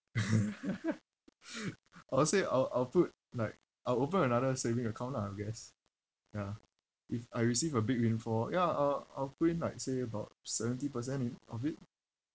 I'll say I'll I'll put like I'll open another saving account lah I guess ya if I receive a big windfall ya I'll I'll put in like say about seventy percent in of it